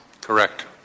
Correct